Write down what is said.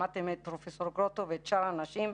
שמעתם את פרופ' גרוטו ואת שאר האנשים.